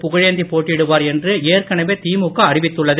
புகழேந்தி போட்டியிடுவார் என்று ஏற்கனவே கிழுக அறிவித்துள்ளது